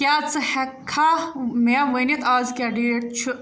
کیٛاہ ژٕ ہٮ۪کٕکھا مےٚ ؤنِتھ اَز کیٛاہ ڈیٹ چھُ